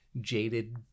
jaded